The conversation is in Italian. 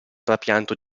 trapianto